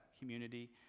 community